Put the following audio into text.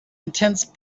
intense